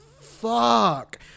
fuck